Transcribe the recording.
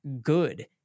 good